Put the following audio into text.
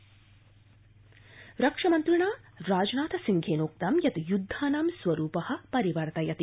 रक्षामन्त्री रक्षामन्त्रिणा राजनाथसिंहेनोक्तं यत् युद्धानां स्वरूप परिवर्तयति